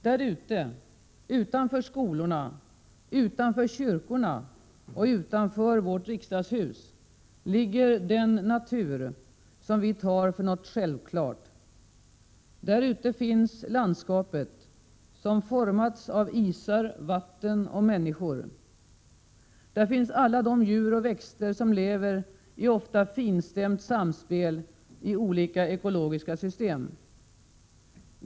Där ute, utanför skolorna, utanför kyrkorna och utanför vårt riksdagshus, ligger den natur som vi tar för något självklart. Där ute finns landskapet, som formats av isar, vatten och människor. Där finns alla de djur och växter som lever i ett ofta finstämt samspel i olika ekologiska system.